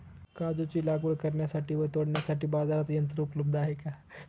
काजूची लागवड करण्यासाठी व तोडण्यासाठी बाजारात यंत्र उपलब्ध आहे का?